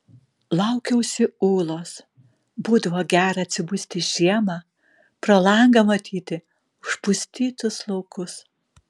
laukiausi ūlos būdavo gera atsibusti žiemą pro langą matyti užpustytus laukus